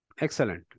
Excellent